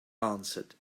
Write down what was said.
answered